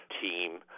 team